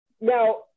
Now